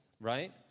right